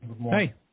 Hey